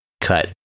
cut